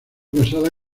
casada